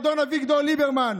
אדון אביגדור ליברמן,